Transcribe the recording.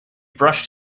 brushed